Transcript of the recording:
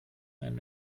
einen